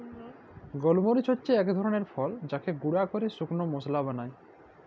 গল মরিচ হচ্যে এক ধরলের ফল যাকে গুঁরা ক্যরে শুকল মশলা বালায়